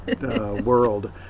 world